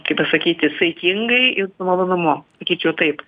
kaip pasakyti saikingai ir su malonumu sakyčiau taip